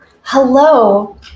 Hello